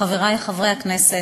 חברי חברי הכנסת,